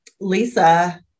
Lisa